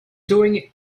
doing